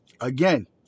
Again